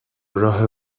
راه